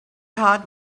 heart